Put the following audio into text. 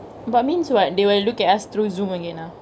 but means what they will look as through Zoom again ah